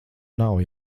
nav